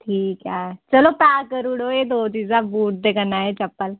ठीक ऐ चलो पैक करी ओड़ो एह् दो चीजां बूट ते कन्नै एह् चप्पल